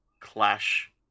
clash